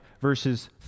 verses